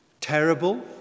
terrible